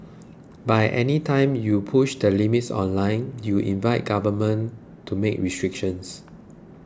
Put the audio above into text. by any time you push the limits online you invite Government to make restrictions